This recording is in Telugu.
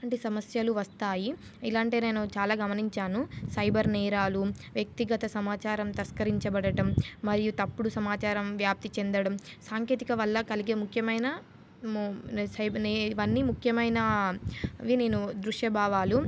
వంటి సమస్యలు వస్తాయి ఎలా అంటే నేను చాలా గమనించాను సైబర్ నేరాలు వ్యక్తిగత సమాచారం తస్కరించబడటం మరియు తప్పుడు సమాచారం వ్యాప్తి చెందడం సాంకేతిక వల్ల కలిగే ముఖ్యమైన సైబర్ ఇవన్నీ ముఖ్యమైనవి నేను దృశ్యభావాలు